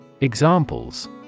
Examples